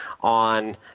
on